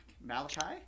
Malachi